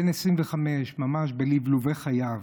בן 25, ממש בלבלובי חייו,